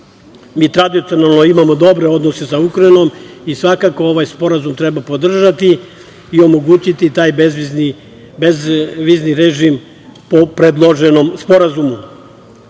tradicionalno imamo dobre odnose sa Ukrajinom i svakako ovaj sporazum treba podržati i omogućiti taj bezvizni režim po predloženom sporazumu. Sporazum